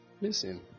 listen